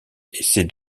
essaie